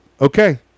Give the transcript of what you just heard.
Okay